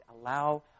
allow